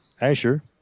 Asher